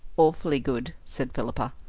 awfully good, said philippa.